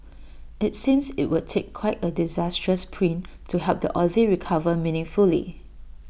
IT seems IT would take quite A disastrous print to help the Aussie recover meaningfully